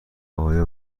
آیا